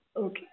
Okay